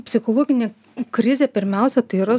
psichologinė krizė pirmiausia tai yra